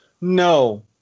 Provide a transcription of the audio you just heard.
No